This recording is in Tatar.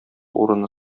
урыны